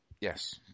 yes